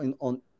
on